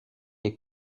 est